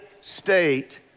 state